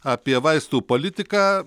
apie vaistų politiką